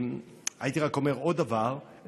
והייתי רק אומר עוד דבר,